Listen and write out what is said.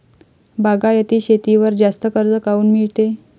बागायती शेतीवर जास्त कर्ज काऊन मिळते?